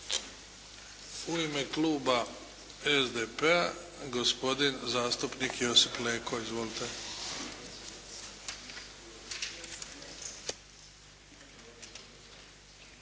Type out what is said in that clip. U ime kluba SDP-a gospodin zastupnik Josip Leko. Izvolite!